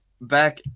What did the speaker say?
back